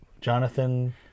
Jonathan